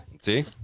See